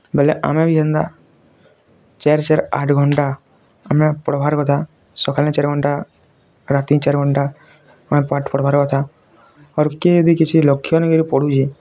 ବଲେ ଆମେ ବି ଏନ୍ତା ଚାର୍ ଚାର୍ ଆଠ ଘଣ୍ଟା ଆମେ ପଢ଼୍ବାର୍ କଥା ସକାଲେ ଚାର୍ ଘଣ୍ଟା ରାତି ଚାର୍ ଘଣ୍ଟା ଆମେ ପାଠ୍ ପଢ଼୍ବାର୍ କଥା ଆରୁ କିଏ ଯଦି କିଛି ଲକ୍ଷ୍ୟ ନେଇ କିରି ପଢ଼ୁଛେ